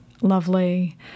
lovely